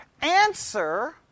answer